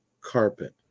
carpet